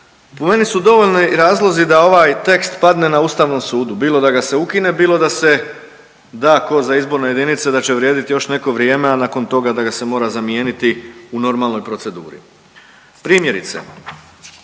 po meni su dovoljni razlozi da ovaj tekst padne na ustavno sudu bilo da ga se ukine, bilo da se, da ko za izborne jedinice da će vrijediti još neko vrijeme, a nakon toga da ga se mora zamijeniti u normalnoj proceduri. Primjerice,